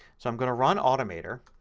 so i'm going to run automator